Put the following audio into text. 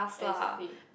as a fit